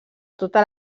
tota